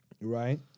Right